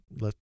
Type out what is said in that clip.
let